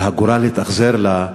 הגורל התאכזר אליה,